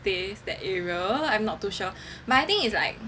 stays that area I'm not too sure but I think is like